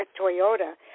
Toyota